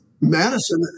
Madison